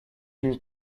une